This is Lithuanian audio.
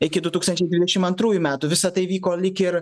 iki du tūkstančiai dvidešim antrųjų metų visa tai vyko lyg ir